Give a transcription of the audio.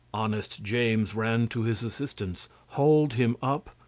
honest james ran to his assistance, hauled him up,